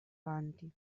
avanti